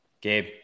Gabe